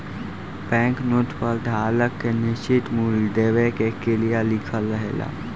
bank note पर धारक के निश्चित मूल देवे के क्रिया लिखल रहेला